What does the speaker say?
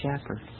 shepherd